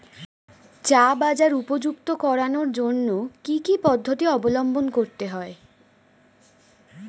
চা বাজার উপযুক্ত করানোর জন্য কি কি পদ্ধতি অবলম্বন করতে হয়?